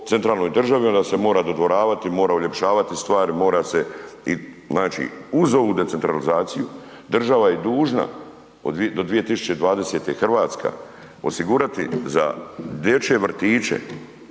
centralnoj državi, a da se mora dodvoravati, mora uljepšavati stvari, mora se i znači uz ovu decentralizaciju, država je dužna do 2020. Hrvatska osigurati za dječje vrtiće